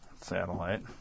Satellite